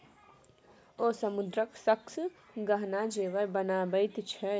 ओ समुद्रक शंखसँ गहना जेवर बनाबैत छै